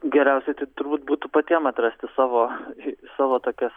geriausiai tai turbūt būtų patiem atrasti savo savo tokias